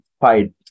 fight